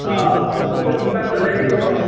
ꯂꯣꯛꯇꯥꯛ ꯅꯥꯛꯇ ꯂꯩꯔꯤꯕꯗꯣ